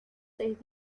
seis